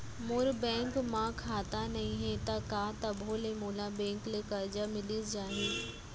मोर bank म खाता नई हे त का तभो ले मोला बैंक ले करजा मिलिस जाही?